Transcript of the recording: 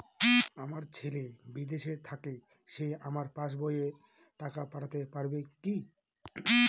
আমার ছেলে বিদেশে থাকে সে আমার পাসবই এ টাকা পাঠাতে পারবে কি?